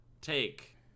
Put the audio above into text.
take